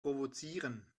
provozieren